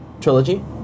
trilogy